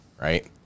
right